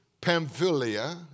Pamphylia